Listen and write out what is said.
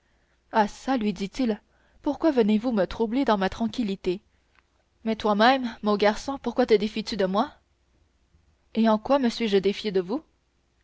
ah çà lui dit-il pourquoi venez-vous me troubler dans ma tranquillité mais toi-même mon garçon pourquoi te défies tu de moi et en quoi me suis-je défié de vous